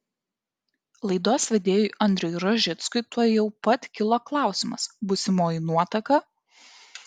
laidos vedėjui andriui rožickui tuojau pat kilo klausimas būsimoji nuotaka